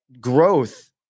growth